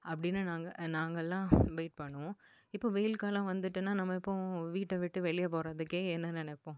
அப்படின்னு நாங்கள் நாங்கள்லாம் வெயிட் பண்ணுவோம் இப்போது வெயில் காலம் வந்துட்டுன்னால் நம்ம இப்போது வீட்டை விட்டு வெளியே போகிறதுக்கே என்ன நினைப்போம்